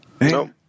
No